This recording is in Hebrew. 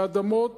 אלה אדמות